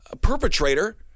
perpetrator